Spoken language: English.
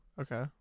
Okay